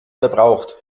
verbraucht